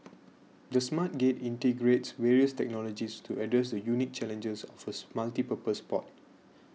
the Smart Gate integrates various technologies to address the unique challenges of a multipurpose port